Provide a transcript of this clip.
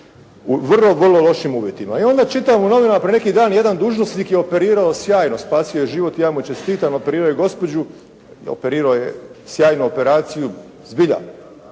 u vrlo vrlo lošim uvjetima. I onda čitam u novinama neki dan jedan dužnosnik je operirao sjajno, spasio je život, i ja mu čestitam, operirao je gospođu, operirao je sjajnu operaciju, zbilja,